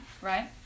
Right